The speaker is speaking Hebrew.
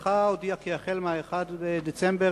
משרדך הודיע כי החל ב-1 בדצמבר,